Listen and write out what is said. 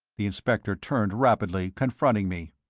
the inspector turned rapidly, confronting me.